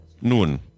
Nun